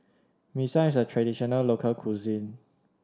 Mee Siam is a traditional local cuisine